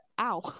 ow